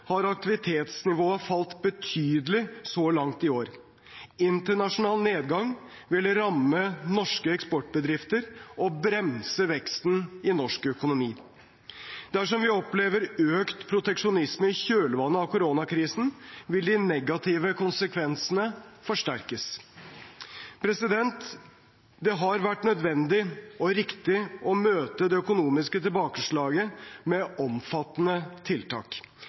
har aktivitetsnivået falt betydelig så langt i år. Internasjonal nedgang vil ramme norske eksportbedrifter og bremse veksten i norsk økonomi. Dersom vi opplever økt proteksjonisme i kjølvannet av koronakrisen, vil de negative konsekvensene forsterkes. Det har vært nødvendig og riktig å møte det økonomiske tilbakeslaget med omfattende tiltak,